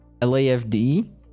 LAFD